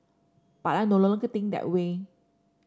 but I no longer think that way